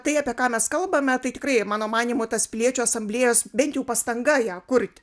tai apie ką mes kalbame tai tikrai mano manymu tas piliečių asamblėjos bent jau pastanga ją kurti